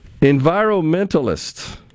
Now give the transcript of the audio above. Environmentalists